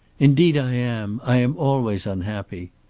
indeed i am. i am always unhappy.